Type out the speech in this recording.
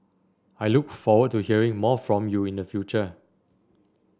I look forward to hearing more from you in the future